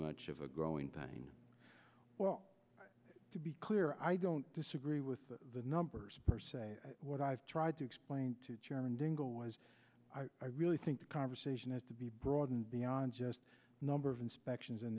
much of a growing thing well to be clear i don't disagree with the numbers per se what i've tried to explain to chairman dingell was i really think the conversation has to be broadened beyond just number of inspections